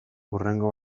hurrengo